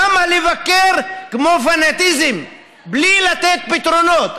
למה לבקר כמו פנאטים, בלי לתת פתרונות?